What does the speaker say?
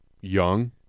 Young